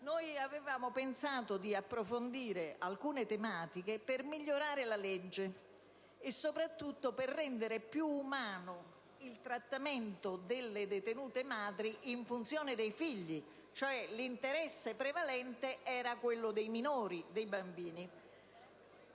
Noi avevamo pensato di approfondire alcune tematiche per migliorare la legge e, soprattutto, per rendere più umano il trattamento delle detenute madri in funzione dei figli. L'interesse prevalente, quindi, era quello dei minori, dei bambini.